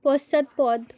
পশ্চাৎপদ